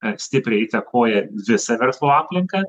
ar stipriai įtakoja visą verslo aplinką